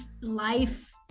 life